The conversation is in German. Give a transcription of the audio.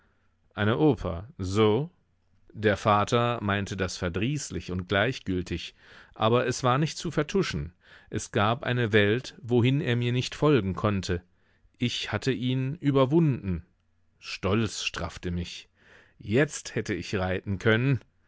eine oper so der vater meinte das verdrießlich und gleichgültig aber es war nicht zu vertuschen es gab eine welt wohin er mir nicht folgen konnte ich hatte ihn überwunden stolz straffte mich jetzt hätte ich reiten können